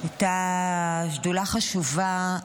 הייתה ישיבה חשובה.